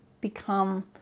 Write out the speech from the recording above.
become